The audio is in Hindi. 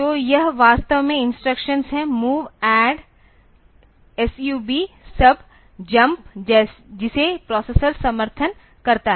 तो यह वास्तव में इंस्ट्रक्शंस है MOV ADD SUB JUMP जिसे प्रोसेसर समर्थन करता है